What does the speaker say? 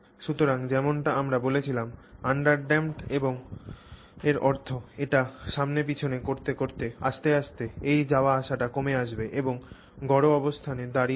সুতরাং যেমনটি আমরা বলেছিলাম আন্ডারড্যাম্পড এর অর্থ এটি সামনে পিছনে করতে করতে আস্তে আস্তে এই যাওয়া আসাটা কমে আসবে আর গড় অবস্থানে এসে দাঁড়িয়ে যাবে